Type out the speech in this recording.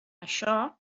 això